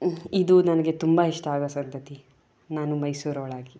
ಇದು ನನಗೆ ತುಂಬ ಇಷ್ಟ ಆಗುವ ಸಂಗತಿ ನಾನು ಮೈಸೂರವಳಾಗಿ